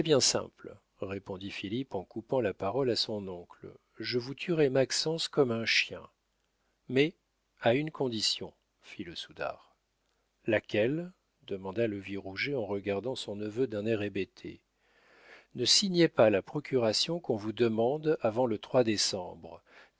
simple répondit philippe en coupant la parole à son oncle je vous tuerai maxence comme un chien mais à une condition fit le soudard laquelle demanda le vieux rouget en regardant son neveu d'un air hébété ne signez pas la procuration qu'on vous demande avant le décembre